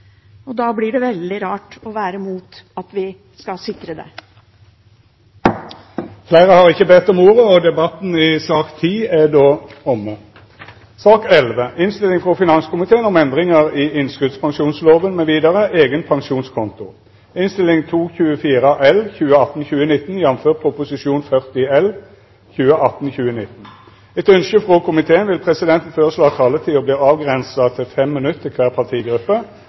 om. Da blir det veldig rart å være mot at vi skal sikre det. Fleire har ikkje bedt om ordet til sak nr. 10. Etter ønske frå finanskomiteen vil presidenten føreslå at taletida vert avgrensa til 5 minutt til kvar partigruppe